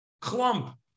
clump